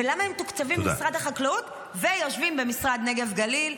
ולמה הם מתוקצבים במשרד החקלאות ויושבים במשרד נגב-גליל.